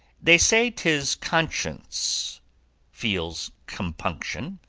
they say tis conscience feels compunction